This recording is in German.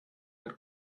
mit